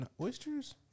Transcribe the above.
oysters